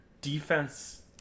defense